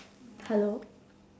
hello